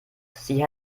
sie